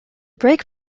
brake